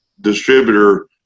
distributor